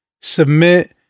submit